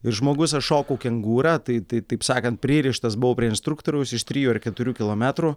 ir žmogus aš šokau kengūra tai tai taip sakant pririštas buvau prie instruktoriaus iš trijų ar keturių kilometrų